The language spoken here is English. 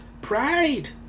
pride